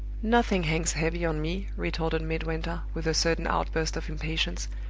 nothing hangs heavy on me, retorted midwinter, with a sudden outburst of impatience,